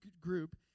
group